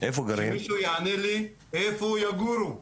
שמישהו יענה לי איפה הם יגורו.